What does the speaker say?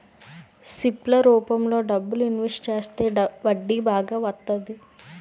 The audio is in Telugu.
సిప్ ల రూపంలో డబ్బులు ఇన్వెస్ట్ చేస్తే వడ్డీ బాగా వత్తంది